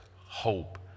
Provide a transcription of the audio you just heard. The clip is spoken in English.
hope